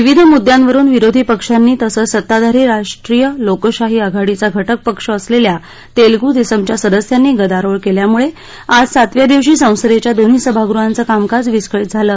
विविध मुद्दयांवरुन विरोधी पक्षांनी तसंच सत्ताधारी राष्ट्रीय लोकशाही आघाडीचा घटक पक्ष असलेल्या तेलगू देसमच्या सदस्यांनी गदारोळ केल्यामुळे आज सातव्या दिवशी संसदेच्या दोन्ही सभागृहाचं कामकाज विस्कळीत झालं